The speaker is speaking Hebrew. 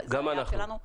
גם אנחנו.